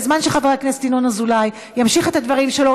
בזמן שחבר הכנסת ינון אזולאי ימשיך את הדברים שלו,